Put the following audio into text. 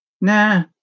Nah